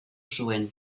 zuen